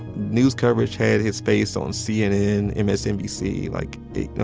news coverage had his face on cnn, msnbc, like, you know,